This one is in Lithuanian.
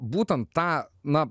būtent tą na